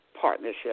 partnership